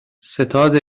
ستاد